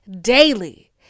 daily